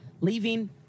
leaving